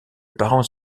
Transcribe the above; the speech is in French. parents